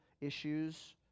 issues